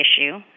issue